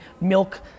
milk